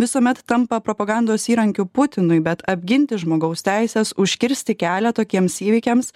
visuomet tampa propagandos įrankiu putinui bet apginti žmogaus teises užkirsti kelią tokiems įvykiams